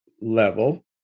level